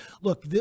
Look